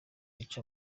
yica